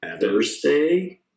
Thursday